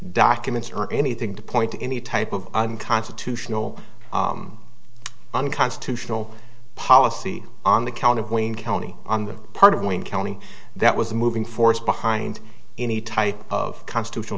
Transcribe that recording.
documents or anything to point to any type of unconstitutional unconstitutional policy on the count of wayne county on the part of one county that was moving force behind any type of constitutional